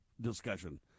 discussion